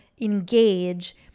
engage